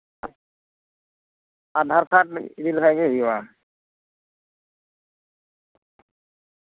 Aadhaar card ᱤᱫᱤ ᱞᱮᱠᱷᱟᱱ ᱜᱮ ᱦᱩᱭᱩᱜᱼᱟ